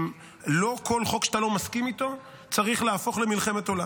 לא כל חוק שאתה לא מסכים איתו צריך להפוך למלחמת עולם.